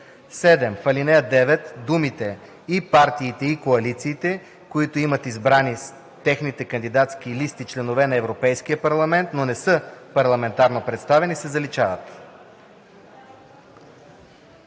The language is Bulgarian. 7. В ал. 9 думите „и партиите, и коалициите, които имат избрани с техните кандидатски листи членове на Европейския парламент, но не са парламентарно представени“ се заличават.“